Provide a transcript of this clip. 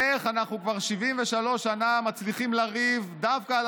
איך אנחנו כבר 73 שנה מצליחים לריב דווקא על